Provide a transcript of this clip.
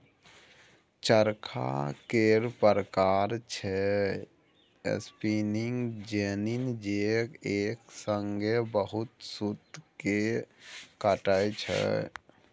चरखा केर प्रकार छै स्पीनिंग जेनी जे एक संगे बहुत सुत केँ काटय छै